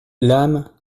l’âme